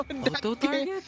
Auto-target